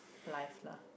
life lah